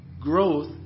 growth